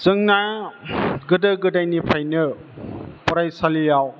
जोंना गोदो गोदायनिफ्रायनो फरायसालियाव